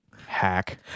Hack